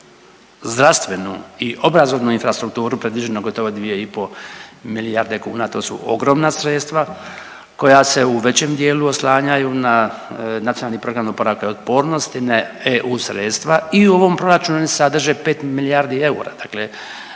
zdravstvenu i obrazovnu infrastrukturu predviđeno gotovo 2,5 milijarde kuna, to su ogromna sredstva koja se u većem dijelu oslanjaju na NPOO ne EU sredstva i u ovom proračunu sadrže 5 milijardi eura.